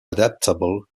adaptable